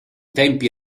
tempi